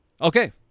Okay